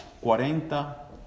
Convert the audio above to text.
cuarenta